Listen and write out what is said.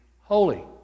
Holy